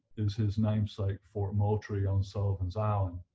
is his namesake fort moultrie on sullivan's island.